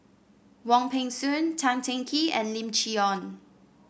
Wong Peng Soon Tan Teng Kee and Lim Chee Onn